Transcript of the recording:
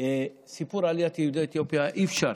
שסיפור עליית יהודי אתיופיה, אי-אפשר